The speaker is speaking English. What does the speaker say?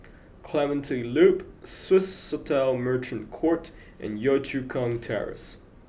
Clementi Loop Swissotel Merchant Court and Yio Chu Kang Terrace